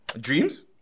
Dreams